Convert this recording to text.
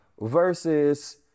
versus